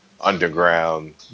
underground